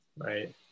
Right